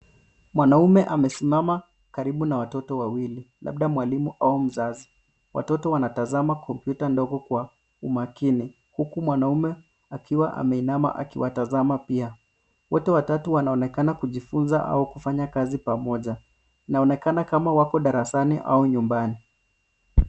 Mwanaume amesimama karibu na watoto wawili, labda mwalimu au mzazi. Watoto wanatazama komputa ndogo kwa umakini huku mwanaume akiwa ameinama akiwatazama pia. Wote watatu wanaonekana kujifunza au kufanya kazi kwa pamoja. Inaonekana kama wako darasani au nyumbani.